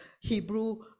Hebrew